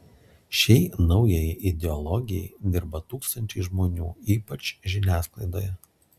šiai naujajai ideologijai dirba tūkstančiai žmonių ypač žiniasklaidoje